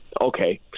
Okay